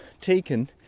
taken